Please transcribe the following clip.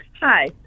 Hi